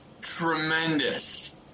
tremendous